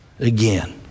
again